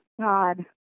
God